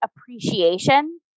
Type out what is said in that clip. appreciation